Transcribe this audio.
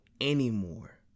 anymore